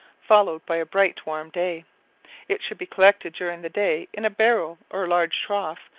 followed by a bright warm day it should be collected during the day in a barrel or large trough,